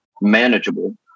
manageable